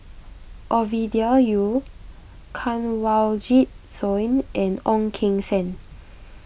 Ovidia Yu Kanwaljit Soin and Ong Keng Sen